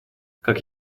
как